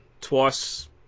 twice